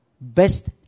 best